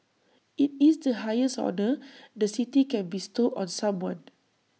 IT is the highest honour the city can bestow on someone